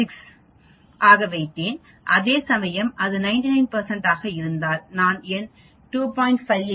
96 ஆக வைத்தேன் அதேசமயம் அது 99 ஆக இருந்தால் நான் எண் 2